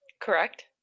Correct